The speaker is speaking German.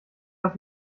was